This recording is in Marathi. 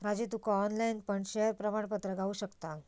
राजू तुका ऑनलाईन पण शेयर प्रमाणपत्र गावु शकता